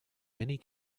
many